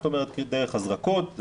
זאת אומרת דרך הזרקות,